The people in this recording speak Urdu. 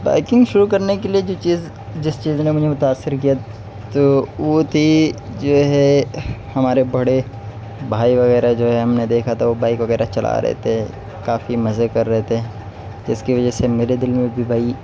بائکنگ شروع کرنے کے لیے جو چیز جس چیز نے مجھے متاثر کیا تو وہ تھی جو ہے ہمارے بڑے بھائی وغیرہ جو ہے ہم نے دیکھا تھا وہ بائک وغیرہ چلا رہے تھے کافی مزے کر رہے تھے جس کی وجہ سے میرے دل میں بھی بھائی